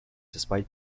despite